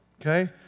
Okay